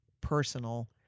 personal